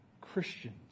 Christians